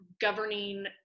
governing